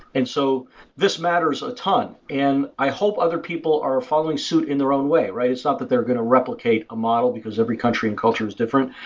and so this matters a ton, and i hope other people are following suit in their own way. it's not that they are going to replicate a model because every country and culture is different,